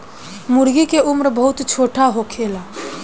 मूर्गी के उम्र बहुत छोट होखेला